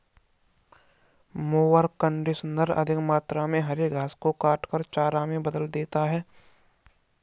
mower conditioner अधिक मात्रा में हरे घास को काटकर चारा में बदल देता है